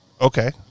Okay